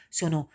sono